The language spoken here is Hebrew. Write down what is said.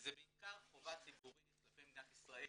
--- וזה בעיקר חובה ציבורית כלפי מדינת ישראל,